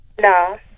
No